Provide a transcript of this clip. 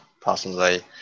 personally